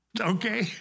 Okay